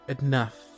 enough